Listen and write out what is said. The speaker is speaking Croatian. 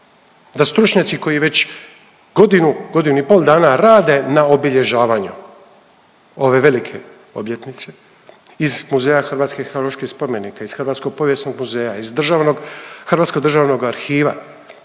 da stručnjaci koji već godinu, godinu i pol dana rade na obilježavanju ove velike obljetnice iz Muzeja hrvatskih arheoloških spomenika iz Hrvatskog povijesnog muzeja, iz državnog Hrvatskog državnog arhiva,